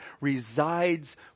resides